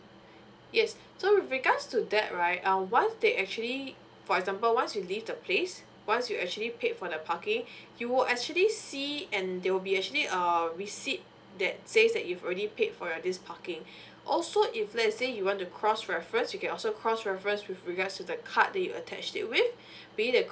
yes so with regards to that right uh once they actually for example once you leave the place once you actually paid for the parking you will actually see and there will be actually um receipt that says that you've already paid for your this parking also if let's say you want to cross reference you can also cross reference with regards to the card that you attached that with for you to